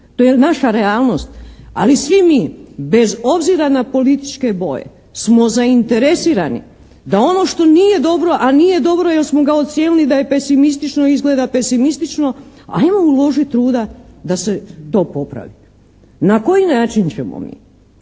to je naša realnost. Ali svi mi bez obzira na političke boje smo zainteresirani da ono što nije dobro, a nije dobro jer smo ga ocijenili da je pesimistično i izgleda pesimistično, ajmo uložiti truda da se to popravi. Na koji način ćemo mi